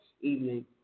evening